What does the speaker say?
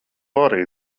arī